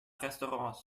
restaurants